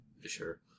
Sure